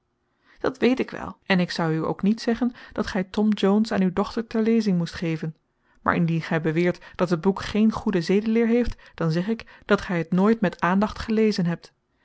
dat weet ik wel en ik zoû u ook niet zeggen dat gij tom jones aan uw dochter ter lezing moest geven maar indien gij beweert dat het boek geen goede zedeleer heeft dan zeg ik dat gij het nooit met aandacht gelezen hebt